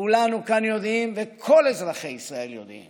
כולנו כאן יודעים וכל אזרחי ישראל יודעים